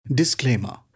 Disclaimer